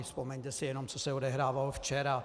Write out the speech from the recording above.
Vzpomeňte si jenom, co se odehrávalo včera.